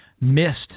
missed